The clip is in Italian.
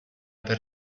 per